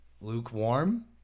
lukewarm